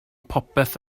popeth